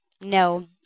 No